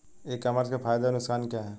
ई commerce के फायदे और नुकसान क्या हैं?